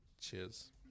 Cheers